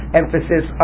emphasis